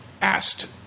asked